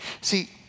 See